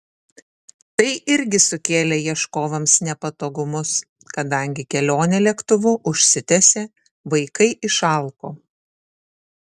tai irgi sukėlė ieškovams nepatogumus kadangi kelionė lėktuvu užsitęsė vaikai išalko